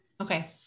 okay